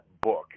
book